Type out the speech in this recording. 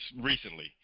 recently